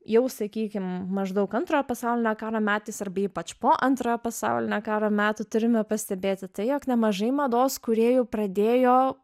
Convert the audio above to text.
jau sakykim maždaug antrojo pasaulinio karo metais arba ypač po antrojo pasaulinio karo metų turime pastebėti tai jog nemažai mados kūrėjų pradėjo